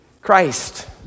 Christ